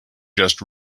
just